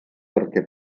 perquè